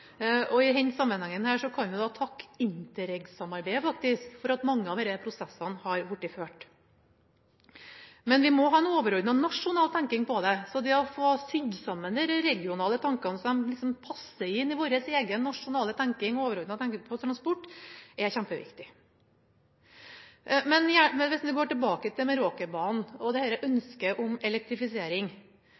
I denne sammenhengen her kan vi takke Interreg-samarbeidet, faktisk, for at mange av disse prosessene har blitt ført. Men vi må ha en overordnet nasjonal tenking om dette, så det å få sydd sammen disse regionale tankene sånn at de passer inn i vår egen nasjonale overordnede tenking om transport, er kjempeviktig. Så tilbake til Meråkerbanen og dette ønsket om elektrifisering. Alle har nå løftet opp sine «missing links». Nå finnes det